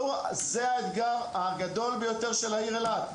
זה האתגר הגדול ביותר של העיר אילת.